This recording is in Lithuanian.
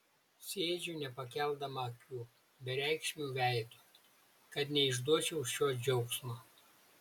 sėdžiu nepakeldama akių bereikšmiu veidu kad neišduočiau šio džiaugsmo